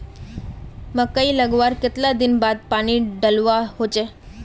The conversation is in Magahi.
मकई लगवार कतला दिन बाद पानी डालुवा होचे?